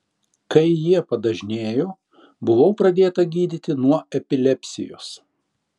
kai jie padažnėjo buvau pradėta gydyti nuo epilepsijos